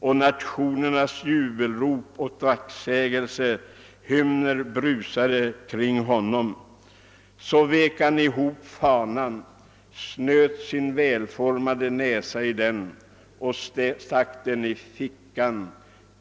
Och nationernas jubelrop och tacksägelsehymner brusade kring honom. Så vek han ihop fanan, snöt sin välformade näsa i den och stack den i fickan.